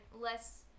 less